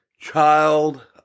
child